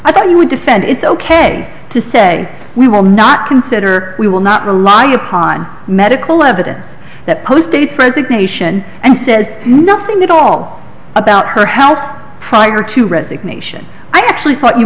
i thought you would defend it's ok to say we will not consider we will not rely upon medical evidence that post dates presentation and says nothing at all about her health prior to resignation i actually thought you